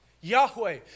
Yahweh